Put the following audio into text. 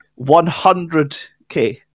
100k